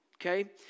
okay